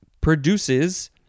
produces